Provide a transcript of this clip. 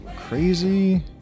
crazy